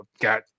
got